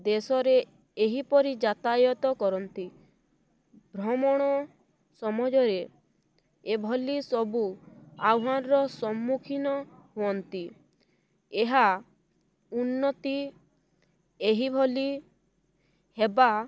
ଦେଶରେ ଏହିପରି ଯାତାୟତ କରନ୍ତି ଭ୍ରମଣ ସମାଜରେ ଏଭଳି ସବୁ ଆହ୍ୱାନର ସମ୍ମୁଖୀନ ହୁଅନ୍ତି ଏହା ଉନ୍ନତି ଏହିଭଳି ହେବା